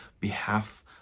behalf